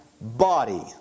body